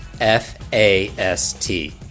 F-A-S-T